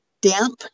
damp